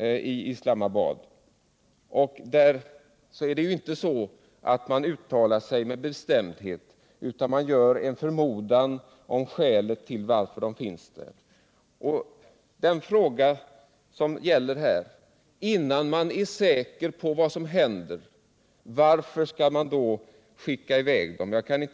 i Islamabad. Där uttalar man sig inte med bestämdhet, utan man gör en förmodan om skälet till att omhändertagandet skett. Frågan är då: Varför skall man skicka iväg dem innan man är säker på vad som händer?